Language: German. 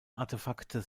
artefakte